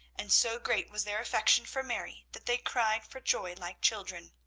and so great was their affection for mary that they cried for joy like children.